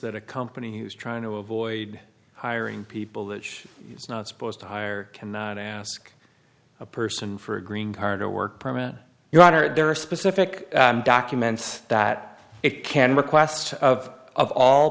that a company who's trying to avoid hiring people that is not supposed to hire can ask a person for a green card to work permit your honor there are specific documents that it can request of of all